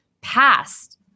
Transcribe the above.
past